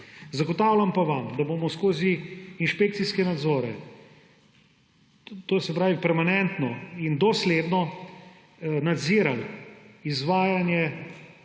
Zagotavljam pa vam, da bomo z inšpekcijskimi nadzori, to se pravi permanentno in dosledno, nadzirali izvajanje